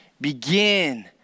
begin